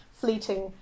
fleeting